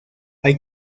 hay